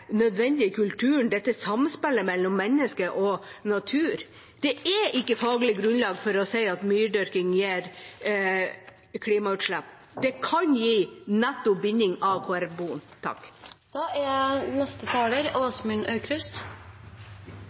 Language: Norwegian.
kulturen, dette samspillet mellom menneske og natur. Det er ikke faglig grunnlag for å si at myrdyrking gir klimautslipp. Det kan gi netto binding av karbon. Verden står overfor to store miljøkriser. Det er